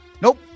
Nope